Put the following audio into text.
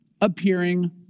appearing